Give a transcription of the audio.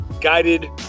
guided